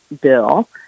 Bill